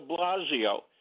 Blasio